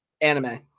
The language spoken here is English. Anime